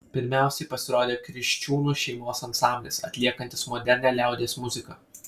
pirmiausiai pasirodė kriščiūnų šeimos ansamblis atliekantis modernią liaudies muziką